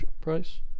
price